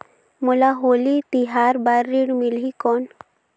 मोला होली तिहार बार ऋण मिलही कौन?